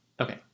okay